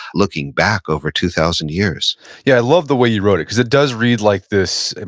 looking back over two thousand years yeah, i love the way you wrote it, because it does read like this, and